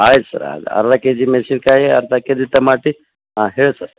ಆಯ್ತು ಸರ ಅದು ಅರ್ಧ ಕೆಜಿ ಮೆಣ್ಸಿನ್ಕಾಯಿ ಅರ್ಧ ಕೆಜಿ ಟಮಾಟಿ ಹಾಂ ಹೇಳಿ ಸರ್